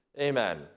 Amen